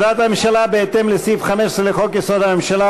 הודעת הממשלה בהתאם לסעיף 15 לחוק-יסוד: הממשלה